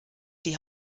die